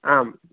आम्